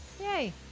Yay